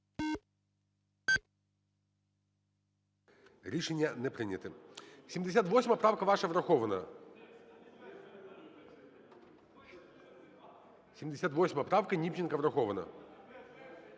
Рішення не прийнято. 78 правка ваша врахована. 78 правка Німченка врахована.